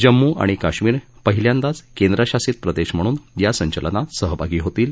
जम्मू आणि काश्मिर पहिल्यांदाच केंद्रशासित प्रदेश म्हणून या संचलनात सहभागी होतील